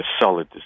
solid